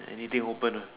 anything open uh